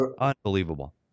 unbelievable